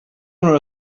owner